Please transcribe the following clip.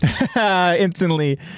Instantly